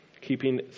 Keeping